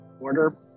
order